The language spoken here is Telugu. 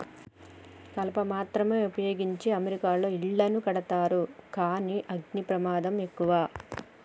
కలప మాత్రమే వుపయోగించి అమెరికాలో ఇళ్లను కడతారు కానీ అగ్ని ప్రమాదం ఎక్కువ